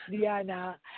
Diana